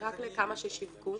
רק לכמה ששיווקו.